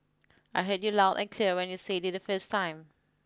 I heard you loud and clear when you said it the first time